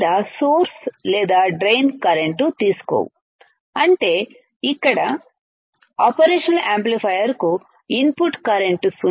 లేదా సోర్స్ లేదా drain current తీసుకోవు అంటే ఇక్కడ ఆపరేషనల్ యాంప్లిఫైయర్కు ఇన్పుట్ కరెంట్ 0